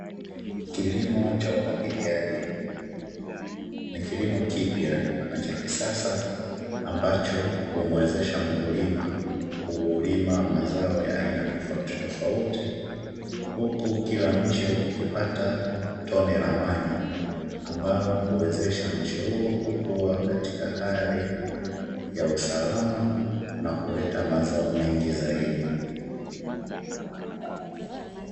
Kuliko cha umwagiliaji ni kilimo kipya na cha kisasa ambacho humuwezesha mkulima kulima mazao ya aina tofautitofauti. Huku kila mche ukipata tone la maji ambalo huwezesha mche huo kukua katika hali ya usalama na kuleta mazao mengi zaidi.